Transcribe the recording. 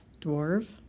dwarf